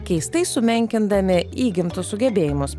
keistai sumenkindami įgimtus sugebėjimus